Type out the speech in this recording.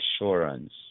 assurance